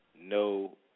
no